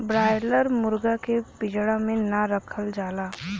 broiler मुरगा के पिजड़ा में ना रखल जाला